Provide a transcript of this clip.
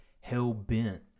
hell-bent